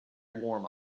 warm